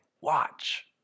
Watch